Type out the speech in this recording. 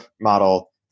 model